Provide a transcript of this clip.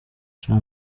sha